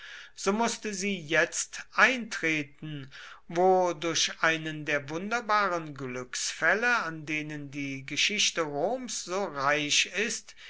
so mußte sie jetzt eintreten wo durch einen der wunderbaren glücksfälle an denen die geschichte roms so reich ist